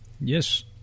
Yes